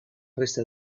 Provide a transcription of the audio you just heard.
resta